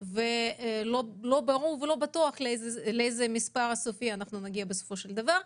ולא ברור ולא בטוח לאיזה מספר סופי אנחנו נגיע בסופו של דבר.